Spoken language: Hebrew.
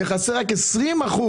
נכסה רק 20%